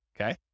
Okay